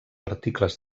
articles